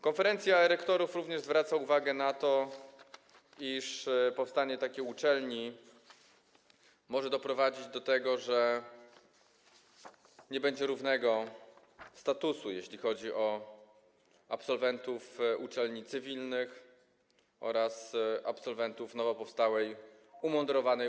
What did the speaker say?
Konferencja rektorów zwraca również uwagę na to, iż powstanie takiej uczelni może doprowadzić do tego, że nie będzie równego statusu, jeśli chodzi o absolwentów uczelni cywilnych oraz absolwentów nowo powstałej uczelni mundurowej.